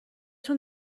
تون